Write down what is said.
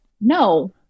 No